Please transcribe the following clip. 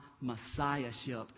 Messiahship